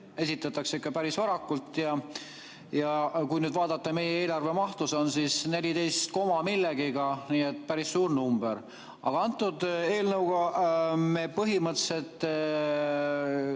esitatakse ikka päris varakult. Ja kui vaadata meie eelarve mahtu, see on 14 koma millegagi, siis see on päris suur number. Aga antud eelnõuga me põhimõtteliselt